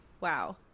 wow